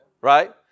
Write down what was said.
Right